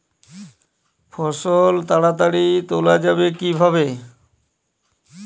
ফসল তাড়াতাড়ি তোলা যাবে কিভাবে?